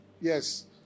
Yes